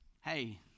hey